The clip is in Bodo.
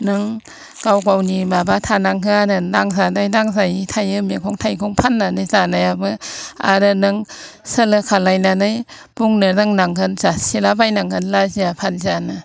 नों गाव गावनि माबा थानांगोन आरो नांजानाय नांजायै थायो मैगं थाइगं फाननानै जानायाबो आरो नों सोलो खालामनानै बुंनो रोंनांगोन जासिलाबायनांगोन लाजिया फाजियानो